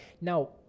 Now